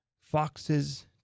Foxes